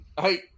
Hey